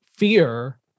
fear